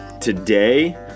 Today